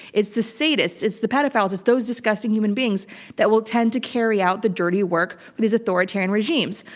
it's the sadists, it's the pedophiles, it's those disgusting human beings that will tend to carry out the dirty work for these authoritarian regimes.